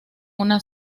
una